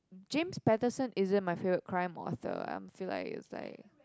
James-Patterson isn't my favourite crime author I'm feel like it's like